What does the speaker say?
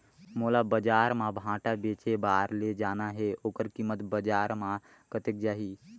मोला बजार मां भांटा बेचे बार ले जाना हे ओकर कीमत बजार मां कतेक जाही?